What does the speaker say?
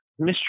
Mr